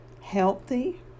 healthy